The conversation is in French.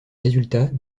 résultats